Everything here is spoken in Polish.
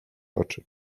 oczy